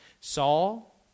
Saul